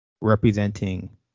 representing